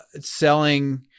selling